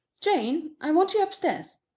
jane, i want you upstairs.